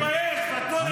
--- תתבייש, ואטורי.